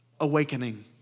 awakening